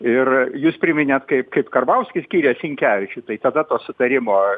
ir jūs priminėt kaip kaip karbauskis skyrė sinkevičių tai tada to sutarimo